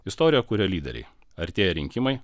istoriją kuria lyderiai artėja rinkimai